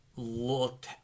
looked